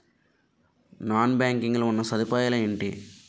Non banking లో ఉన్నా సదుపాయాలు ఎంటి?